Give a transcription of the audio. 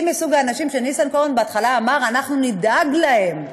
היא מסוג האנשים שניסנקורן בהתחלה אמר: אנחנו נדאג להם,